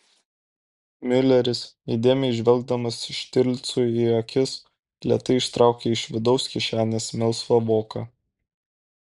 miuleris įdėmiai žvelgdamas štirlicui į akis lėtai ištraukė iš vidaus kišenės melsvą voką